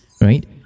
right